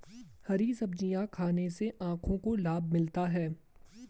हरी सब्जियाँ खाने से आँखों को लाभ मिलता है